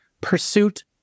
pursuit